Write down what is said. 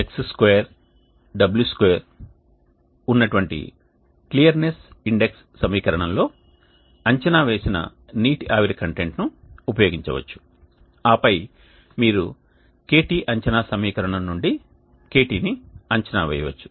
1 x x2 w2 ఉన్నటువంటి clearness index సమీకరణంలో అంచనా వేసిన నీటి ఆవిరి కంటెంట్ను ఉపయోగించవచ్చు ఆపై మీరు kt అంచనా సమీకరణం నుండి kt ని అంచనా వేయవచ్చు